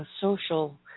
social